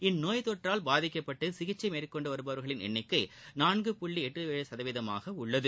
இந்நோய்த் தொற்றால் பாதிக்கப்பட்டு சிகிச்சை மேற்கொண்டு வருபவா்களின் எண்ணிக்கை நான்கு புள்ளி எட்டு ஏழு சதவீதமாக உள்ளது